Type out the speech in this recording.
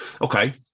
Okay